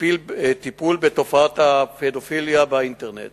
טיפול בתופעת הפדופיליה באינטרנט.